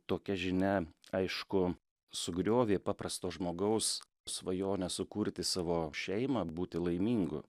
tokia žinia aišku sugriovė paprasto žmogaus svajonę sukurti savo šeimą būti laimingu